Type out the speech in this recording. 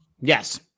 Yes